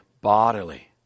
bodily